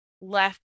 left